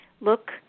look